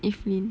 evelyn